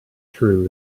true